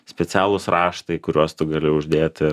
specialūs raštai kuriuos tu gali uždėti